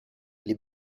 les